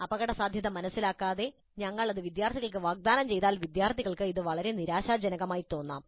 അപകടസാധ്യത മനസിലാക്കാതെ ഞങ്ങൾ ഇത് വിദ്യാർത്ഥികൾക്ക് വാഗ്ദാനം ചെയ്താൽ വിദ്യാർത്ഥികൾക്ക് ഇത് വളരെ നിരാശാജനകമായി തോന്നാം